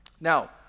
Now